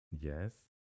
Yes